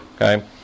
Okay